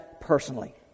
personally